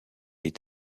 est